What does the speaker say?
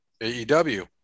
AEW